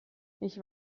ich